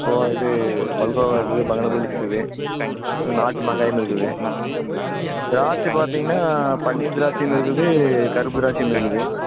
இது மல்கோவா இருக்குது பங்கனப்பள்ளி இருக்குது நாட்டு மாங்காயும் இருக்குது திராட்சை பார்த்திங்கனா பன்னீர் திராட்சையும் இருக்குது கருப்பு திராட்சையும் இருக்குது